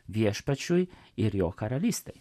viešpačiui ir jo karalystei